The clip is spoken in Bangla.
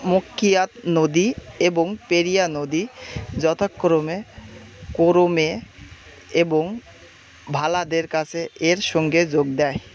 মক্কিয়াত নদী এবং পেরিয়া নদী যথাক্রমে কোরোমে এবং ভালাদের কাছে এর সঙ্গে যোগ দেয়